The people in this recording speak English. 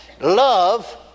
Love